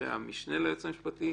ואחריה המשנה ליועץ המשפטי,